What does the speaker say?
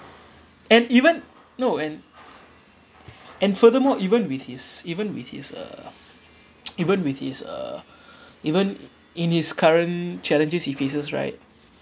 and even no and and furthermore even with his even with his uh even with his uh even in his current challenges he faces right